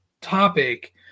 topic